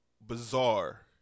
bizarre